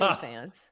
fans